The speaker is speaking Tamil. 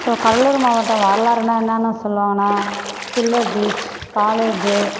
ஸோ கடலூர் மாவட்டம் வரலாறுனா என்னென்னா சொல்வாங்கன்னா சில்வர் பீச் காலேஜி